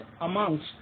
amongst